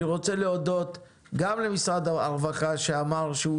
אני רוצה להודות גם למשרד הרווחה שאמר שהוא